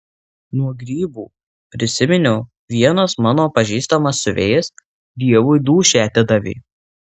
nuo grybų prisiminiau vienas mano pažįstamas siuvėjas dievui dūšią atidavė